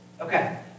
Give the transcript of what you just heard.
Okay